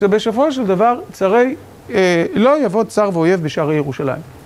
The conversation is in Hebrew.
ובסופו של דבר, צרי, לא יבוא צר ואויב בשערי ירושלים.